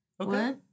Okay